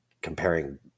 comparing